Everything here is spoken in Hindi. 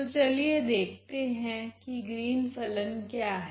तो चलिए देखते है कि ग्रीन फलन क्या हैं